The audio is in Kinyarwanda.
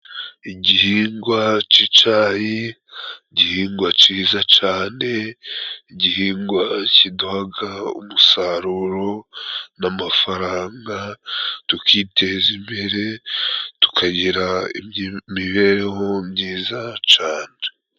Igihingwa c'icayi igihingwa cyiza cane igihingwa kiduhaga umusaruro n'amafaranga tukiteza imbere tukagira imibereho myiza cane.